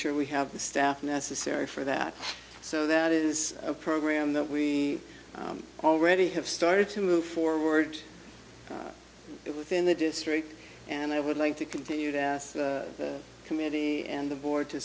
sure we have the staff necessary for that so that is a program that we already have started to move forward with in the district and i would like to continue that committee and the board to